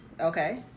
Okay